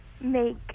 make